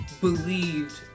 believed